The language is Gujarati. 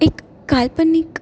એક કાલ્પનિક